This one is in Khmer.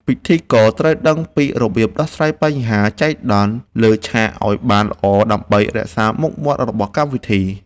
ពិធីករត្រូវដឹងពីរបៀបដោះស្រាយបញ្ហាចៃដន្យលើឆាកឱ្យបានល្អដើម្បីរក្សាមុខមាត់របស់កម្មវិធី។